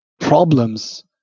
problems